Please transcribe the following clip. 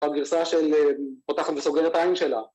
בגרסה של פותחת וסוגרת את העין שלה